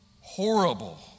horrible